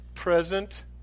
present